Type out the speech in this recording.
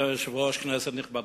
אדוני היושב-ראש, כנסת נכבדה,